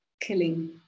killing